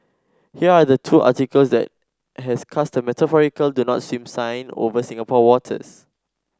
here are the two articles that has cast a metaphorical do not swim sign over Singapore waters